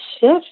shift